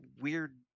weird